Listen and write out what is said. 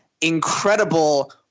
incredible